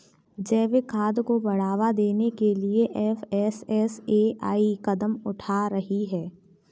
जैविक खाद को बढ़ावा देने के लिए एफ.एस.एस.ए.आई कदम उठा रही है